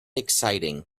exciting